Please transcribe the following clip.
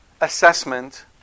assessment